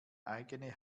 eigene